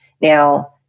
Now